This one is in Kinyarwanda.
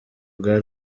bwa